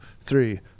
three